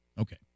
Okay